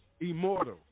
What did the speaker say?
immortal